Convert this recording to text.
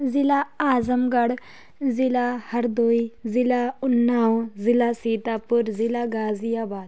ضلع اعظم گڑھ ضلع ہردوئی ضلع اناؤ ضلع سیتاپور ضلع غازی آباد